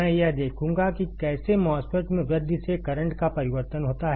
मैं यह देखूंगा कि कैसे MOSFET में वृद्धि से करंट का परिवर्तन होता है